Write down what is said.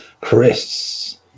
Chris